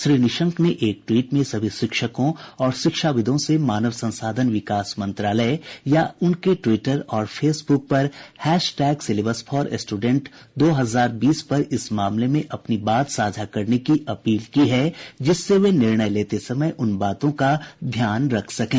श्री निशंक ने एक ट्वीट में सभी शिक्षकों और शिक्षाविदों से मानव संसाधन विकास मंत्रालय या उनके ट्वीटर और फेसबुक पर hashtag syllabus for student दो हजार बीस पर इस मामले में अपनी बात साझा करने की अपील की है जिससे वे निर्णय लेते समय उन बातों का ध्यान रख सकें